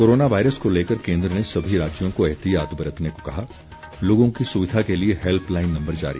corona virus को लेकर केन्द्र ने सभी राज्यों को एहतियात बरतने को कहा लोगों की सुविधा के लिए हैल्पलाइन नम्बर जारी